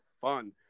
fun